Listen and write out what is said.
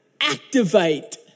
activate